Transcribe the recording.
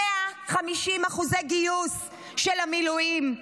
150% גיוס של המילואים.